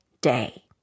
day